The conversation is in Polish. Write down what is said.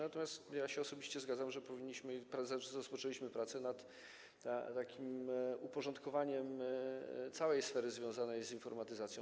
Natomiast osobiście zgadzam się, że powinniśmy i rozpoczęliśmy pracę nad takim uporządkowaniem całej sfery związanej z informatyzacją.